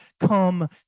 come